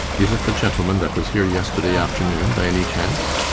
is it the gentleman that was here yesterday afternoon, by any chance?